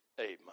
amen